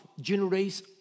generates